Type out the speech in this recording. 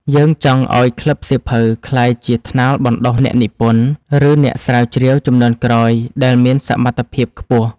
យើងចង់ឱ្យក្លឹបសៀវភៅក្លាយជាថ្នាលបណ្ដុះអ្នកនិពន្ធ ឬអ្នកស្រាវជ្រាវជំនាន់ក្រោយដែលមានសមត្ថភាពខ្ពស់។